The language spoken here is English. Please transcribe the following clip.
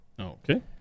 Okay